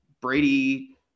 Brady